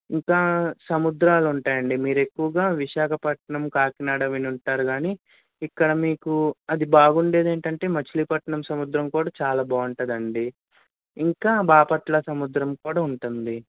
ఇంకా సముద్రాలు ఉంటాయి అండి మీరు ఎక్కువగా విశాఖపట్నం కాకినాడ విని ఉంటారు కాని ఇక్కడ మీకు అది బాగుండేది ఏంటంటే మచిలీపట్నం సముద్రం కూడా చాలా బాగుంటుందండి ఇంకా బాపట్ల సముద్రం కూడా ఉంటుంది